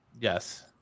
Yes